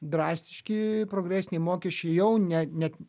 drastiški progresiniai mokesčiai jau ne ne